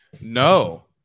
No